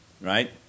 right